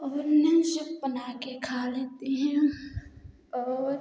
सब बना के खा लेते हैं और